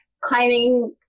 climbing